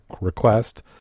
request